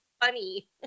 funny